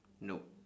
no